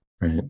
Right